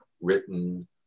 written